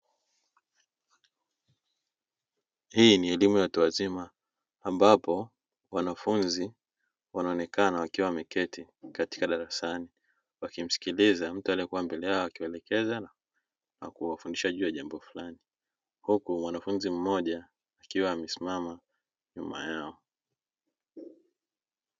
Hii ni elimu ya watu wazima ambapo wanafunzi wanaonekana wakiwa wameketi katika darasani wakimsikiliza mtu aliyekuwa mbele yao akielekeza na kuwafundisha juu ya jambo fulani, huku mwanafunzi mmoja akiwa amesimama nyuma yao.